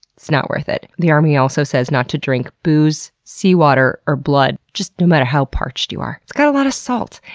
it's not worth it. the army also says not to drink booze, seawater, or blood, just no matter how parched you are. it's got a lot of salt.